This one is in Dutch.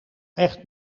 echt